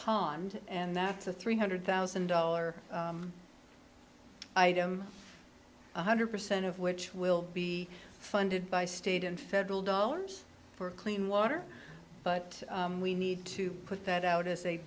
pond and that's a three hundred thousand dollar item one hundred percent of which will be funded by state and federal dollars for clean water but we need to put that out as a